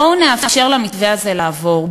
בואו נאפשר למתווה הזה לעבור,